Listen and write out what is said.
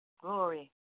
Glory